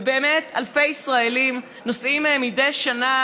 ובאמת אלפי ישראלים נוסעים מדי שנה